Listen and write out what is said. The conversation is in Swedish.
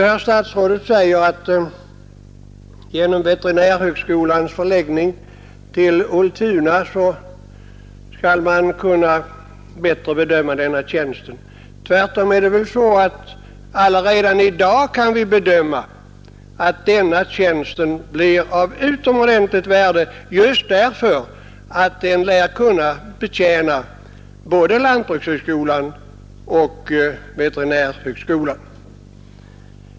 Herr statsrådet säger att genom veterinärhögskolans förläggning till Ultuna skall man kunna bättre bedöma denna tjänst. Men det är väl tvärtom så att vi allaredan kan bedöma att denna tjänst blir av utomordentligt värde just därför att den lär kunna betjäna både lantbrukshögskolan och veterinärhögskolan.